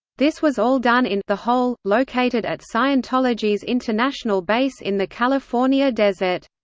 this was all done in the hole, located at scientology's international base in the california desert.